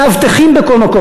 מאבטחים בכל מקום.